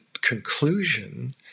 conclusion